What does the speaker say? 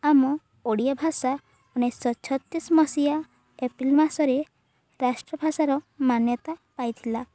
ଆମ ଓଡ଼ିଆ ଭାଷା ଉଣେଇଶହ ଛତିଶ ମସିହା ଏପ୍ରିଲ ମାସରେ ରାଷ୍ଟ୍ର ଭାଷାର ମାନ୍ୟତା ପାଇଥିଲା